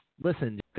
listen